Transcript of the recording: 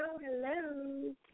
hello